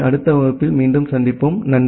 எனவே அடுத்த வகுப்பில் மீண்டும் சந்திப்போம்